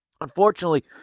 Unfortunately